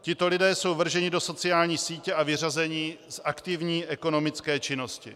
Tito lidé jsou vrženi do sociální sítě a vyřazeni z aktivní ekonomické činnosti.